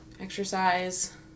exercise